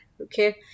Okay